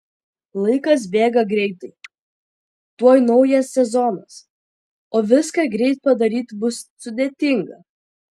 laikas bėga greitai tuoj naujas sezonas o viską greit padaryti bus sudėtinga